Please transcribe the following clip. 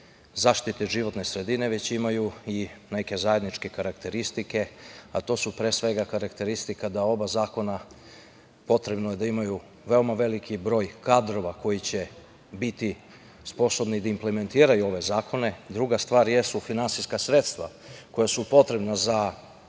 zaštite životne sredine, već imaju i neke zajedničke karakteristike, a to su karakteristike da oba zakona moraju da imaju veliki broj kadrova koji će biti sposobni da implementiraju ove zakone. Druga stvar jesu finansijska sredstva koja su potrebna za